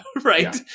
right